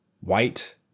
white